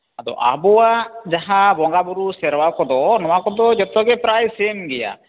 ᱟᱫᱚ ᱟᱵᱚᱣᱟᱜ ᱡᱟᱦᱟᱸ ᱵᱚᱸᱜᱟ ᱵᱩᱨᱩ ᱥᱮᱨᱣᱟ ᱠᱚᱫᱚ ᱱᱚᱣᱟ ᱠᱚᱫᱚ ᱡᱚᱛᱚ ᱜᱮ ᱯᱨᱟᱭ ᱥᱮᱢ ᱜᱮᱭᱟ